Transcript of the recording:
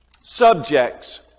subjects